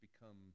become